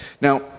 Now